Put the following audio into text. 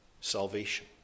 salvation